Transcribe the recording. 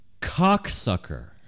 cocksucker